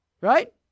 Right